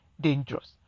dangerous